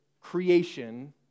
creation